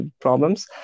problems